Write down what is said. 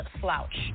slouch